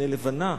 כפני לבנה,